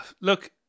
look